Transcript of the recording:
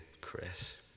Chris